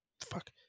Fuck